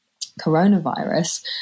coronavirus